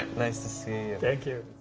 nice to see you. thank you.